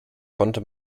konnte